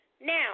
Now